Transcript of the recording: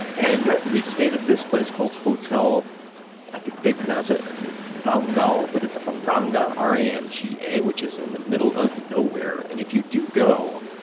and we stayed at this place called hotel i think they pronounce it rangald but it's ah ranga, r a n g a, which is in the middle of nowhere. and if you do go,